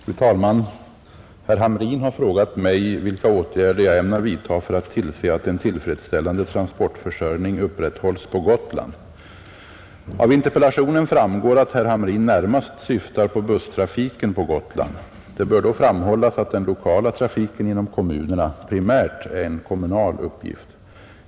Fru talman! Herr Hamrin har frågat mig vilka åtgärder jag ämnar vidta för att tillse att en tillfredsställande transportförsörjning upprätthålls på Gotland. Av interpellationen framgår att herr Hamrin närmast syftar på busstrafiken på Gotland. Det bör då framhållas, att den lokala trafiken inom kommunerna primärt är en kommunal uppgift.